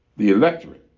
the electorate